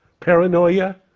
paranoia,